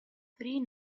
three